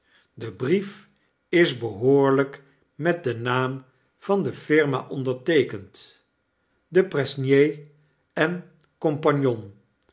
de brief is behoorlp met den naam van de firma onderteekend depresnier en